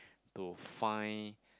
to find